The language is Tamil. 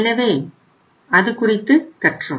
எனவே அதுகுறித்து கற்றோம்